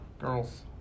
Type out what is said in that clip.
girls